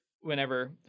whenever